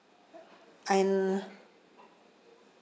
and